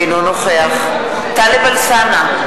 אינו נוכח טלב אלסאנע,